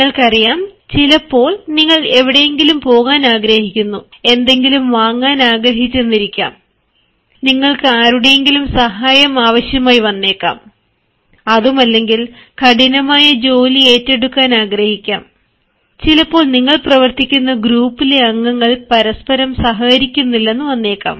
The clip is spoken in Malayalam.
നിങ്ങൾക്കറിയാം ചിലപ്പോൾ നിങ്ങൾ എവിടെയെങ്കിലും പോകാൻ ആഗ്രഹിക്കുന്നു എന്തെങ്കിലും വാങ്ങാൻ ആഗ്രഹിച്ചെന്നിരിക്കാം നിങ്ങൾക്ക് ആരുടെയെങ്കിലും സഹായം ആവശ്യമായി വന്നേക്കാം അതുമല്ലെങ്കിൽ കഠിനമായ ജോലി ഏറ്റെടുക്കാൻ ആഗ്രഹിക്കാം ചിലപ്പോൾ നിങ്ങൾ പ്രവർത്തിക്കുന്ന ഗ്രൂപ്പിലെ അംഗങ്ങൾ പരസ്പരം സഹകരിക്കുന്നില്ലെന്ന് വന്നേക്കാം